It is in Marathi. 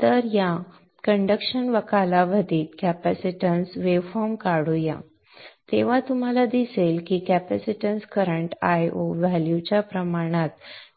तर या वहन कालावधीत कॅपॅसिटन्स वेव्ह फॉर्म काढू या तेव्हा आपल्याला दिसेल की कॅपॅसिटन्स करंट Io व्हॅल्यूच्या प्रमाणात